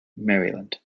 maryland